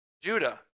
Judah